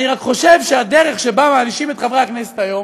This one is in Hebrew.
אני רק חושב שהדרך שבה מענישים את חברי הכנסת היום